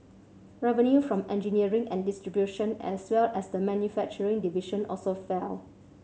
revenue from engineering and distribution as well as the manufacturing division also fell